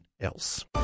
else